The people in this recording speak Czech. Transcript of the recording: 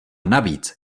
navíc